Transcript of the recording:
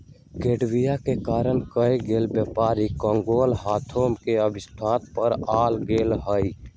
Covid के कारण कएगो व्यापारी क़ँगाल होये के अवस्था पर आ गेल हइ